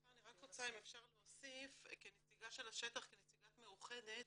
אם אפשר להוסיף כנציגת השטח, נציגת מאוחדת,